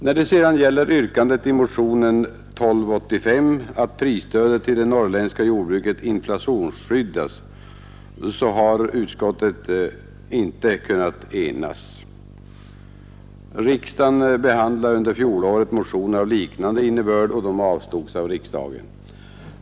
När det gäller yrkandet i motionen 1285 att prisstödet till det norrländska jordbruket skulle inflationsskyddas har utskottet inte kunnat enas. Riksdagen avslog under fjolåret motioner av liknande innebörd.